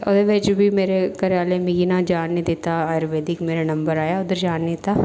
ते ओह्दे बिच बी मेरे घरै आह्ले ना मिगी जान निं दित्ता आयुर्वैदिक मेरा नंबर आया उद्धर मिगी जान निं दित्ता